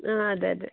ആ അതെ അതെ